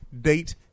date